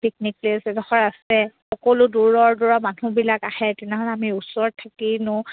picnic place এডোখৰ আছে সকলো দূৰৰ দূৰৰ মানুহবিলাক আহে তেনেহ'লে আমি ওচৰত থাকিনো